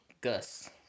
Gus